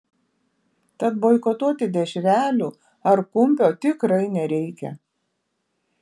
tad boikotuoti dešrelių ar kumpio tikrai nereikia